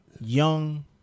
young